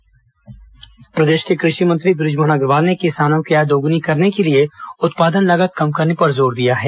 कृषि विश्वविद्यालय कार्यशाला प्रदेश के कृषि मंत्री बुजमोहन अग्रवाल ने किसानों की आय दोग्नी करने के लिए उत्पादन लागत कम करने पर जोर दिया है